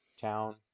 town